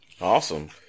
Awesome